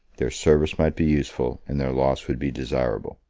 their service might be useful, and their loss would be desirable.